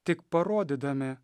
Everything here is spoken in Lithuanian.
tik parodydami